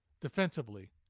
defensively